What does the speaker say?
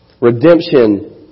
Redemption